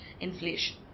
inflation